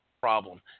Problem